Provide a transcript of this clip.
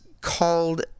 called